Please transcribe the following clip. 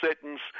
sentence